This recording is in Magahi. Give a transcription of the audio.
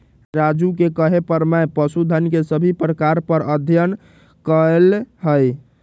राजू के कहे पर मैं पशुधन के सभी प्रकार पर अध्ययन कैलय हई